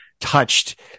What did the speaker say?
touched